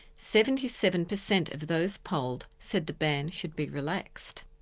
seventy seven percent of those polled said the ban should be relaxed.